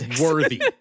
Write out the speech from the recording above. worthy